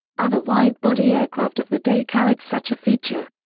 other wide-body aircraft of the day carried such a feature.